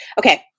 Okay